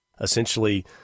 essentially